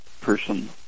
person